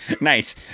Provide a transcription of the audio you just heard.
Nice